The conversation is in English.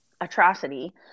atrocity